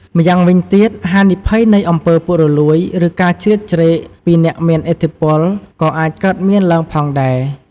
ម្យ៉ាងវិញទៀត ហានិភ័យនៃអំពើពុករលួយ ឬការជ្រៀតជ្រែកពីអ្នកមានឥទ្ធិពលក៏អាចកើតមានឡើងផងដែរ។